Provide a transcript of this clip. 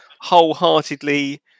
wholeheartedly